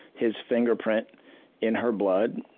his fingerprint in her blood,